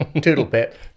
Toodle-pip